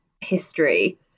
history